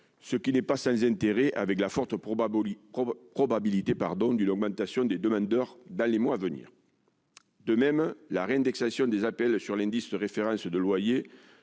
Ce n'est pas sans intérêt, au vu de la forte probabilité d'une augmentation des demandeurs dans les mois à venir. De même, la réindexation des APL sur l'indice de référence des loyers